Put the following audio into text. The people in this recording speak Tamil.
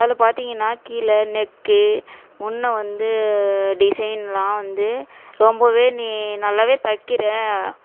அதில் பார்த்தீங்கன்னா கீழ நெக்கு முன்னே வந்து டிசைன் எல்லாம் வந்து ரொம்பவே நீ நல்லாவே தைக்கிற